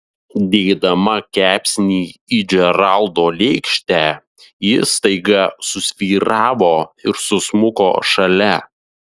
dėdama kepsnį į džeraldo lėkštę ji staiga susvyravo ir susmuko šalia